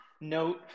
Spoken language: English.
note